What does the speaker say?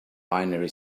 binary